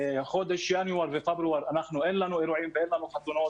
בחודש ינואר ופברואר אין לנו אירועים ואין לנו חתונות,